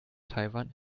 taiwan